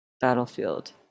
battlefield